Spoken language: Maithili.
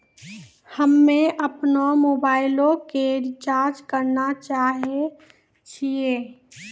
हम्मे अपनो मोबाइलो के रिचार्ज करना चाहै छिये